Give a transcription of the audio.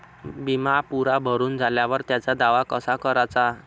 बिमा पुरा भरून झाल्यावर त्याचा दावा कसा कराचा?